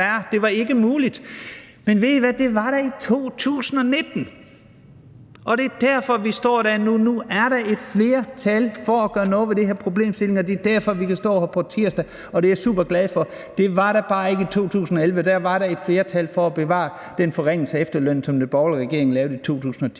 Det var ikke muligt. Men ved I hvad? Det var der i 2019, og det er derfor, vi står nu, hvor der er et flertal for at gøre noget ved den her problemstilling, og det er derfor, vi kan stå her på tirsdag, og det er jeg superglad for. Det var der bare ikke i 2011. Da var der et flertal for at bevare den forringelse af efterlønnen, som den borgerlige regering lavede i 2010,